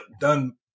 done